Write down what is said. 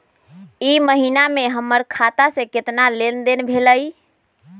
ई महीना में हमर खाता से केतना लेनदेन भेलइ?